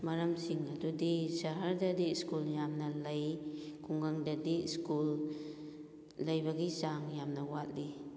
ꯃꯔꯝꯁꯤꯡ ꯑꯗꯨꯗꯤ ꯁꯍꯔꯗꯗꯤ ꯁ꯭ꯀꯨꯜ ꯌꯥꯝꯅ ꯂꯩ ꯈꯨꯡꯒꯪꯗꯗꯤ ꯁ꯭ꯀꯨꯜ ꯂꯩꯕꯒꯤ ꯆꯥꯡ ꯌꯥꯝꯅ ꯋꯥꯠꯂꯤ